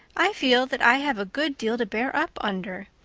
i feel that i have a good deal to bear up under.